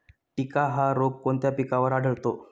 टिक्का हा रोग कोणत्या पिकावर आढळतो?